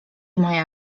moja